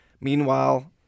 Meanwhile